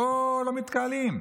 פה לא מתקהלים.